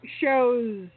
shows